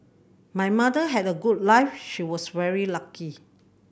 my mother had a good life she was very lucky